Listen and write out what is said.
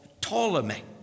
Ptolemy